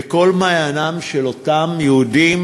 וכל מעיינם של אותם יהודים,